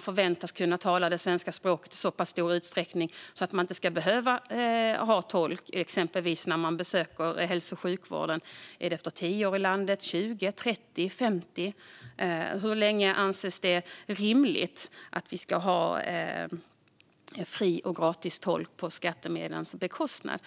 förväntas kunna tala det svenska språket i så stor utsträckning att man inte behöver ha tolk när man exempelvis besöker hälso och sjukvården? Är det efter 10, 20, 30 eller 50 år i landet? Hur länge anses det rimligt att man har gratis tolk på skattebetalarnas bekostnad?